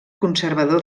conservador